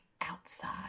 outside